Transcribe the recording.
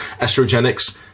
estrogenics